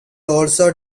also